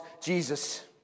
Jesus